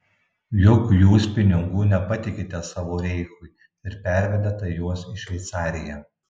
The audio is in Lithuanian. juk jūs pinigų nepatikite savo reichui ir pervedate juos į šveicariją